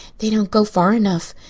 they don't go far enough.